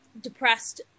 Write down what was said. depressed